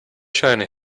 china